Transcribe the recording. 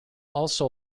also